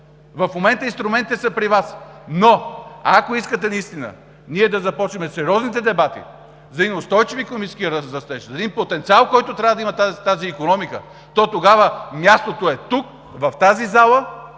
В момента инструментите са при Вас, но ако искате наистина да започнем сериозните дебати за един устойчив икономически растеж, за един потенциал, който трябва да има тази икономика, то тогава тук е мястото, в тази зала,